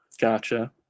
gotcha